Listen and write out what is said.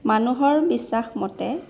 মানুহৰ বিশ্বাসমতে